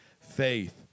faith